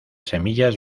semillas